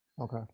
Okay